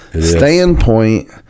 standpoint